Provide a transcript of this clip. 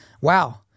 wow